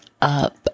up